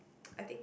I think